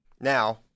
now